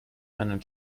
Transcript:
meinen